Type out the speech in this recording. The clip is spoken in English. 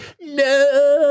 no